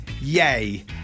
yay